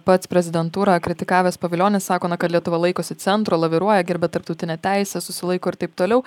pats prezidentūrą kritikavęs pavilionis sako na kad lietuva laikosi centro laviruoja gerbia tarptautinę teisę susilaiko ir taip toliau